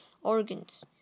organs